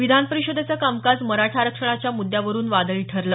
विधान परिषदेचं कामकाज मराठा आरक्षणाच्या मुद्यावरून वादळी ठरलं